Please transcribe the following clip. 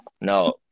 No